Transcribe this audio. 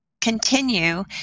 continue